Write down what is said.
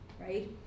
right